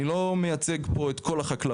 אני לא מייצג פה את כל החקלאות,